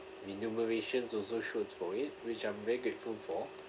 renumeration also shoots for it which I'm very grateful for